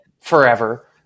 forever